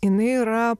jinai yra